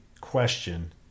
question